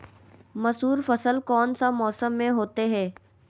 मसूर फसल कौन सा मौसम में होते हैं?